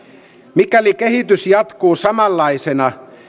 mikäli kehitys jatkuu samanlaisena